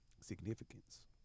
significance